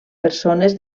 persones